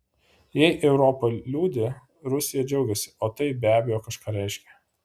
jei europa liūdi rusija džiaugiasi o tai be abejo kažką reiškia